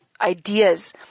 ideas